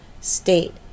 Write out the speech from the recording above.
state